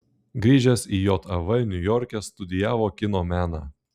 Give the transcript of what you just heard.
grįžęs į jav niujorke studijavo kino meną